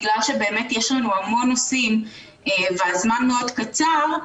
בגלל שבאמת יש לנו המון נושאים והזמן מאוד קצר,